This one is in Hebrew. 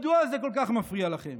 מדוע זה כל כך מפריע לכם?